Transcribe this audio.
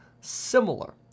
similar